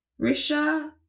Risha